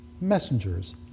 messengers